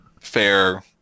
fair